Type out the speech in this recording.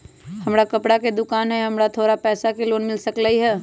हमर कपड़ा के दुकान है हमरा थोड़ा पैसा के लोन मिल सकलई ह?